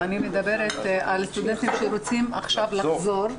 אני מדברת על סטודנטים שרוצים עכשיו לחזור,